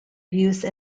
use